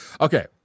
Okay